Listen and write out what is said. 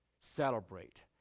celebrate